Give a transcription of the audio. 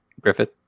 Griffith